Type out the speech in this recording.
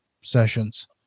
sessions